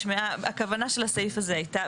הכוונה של הסעיף הזה היתה,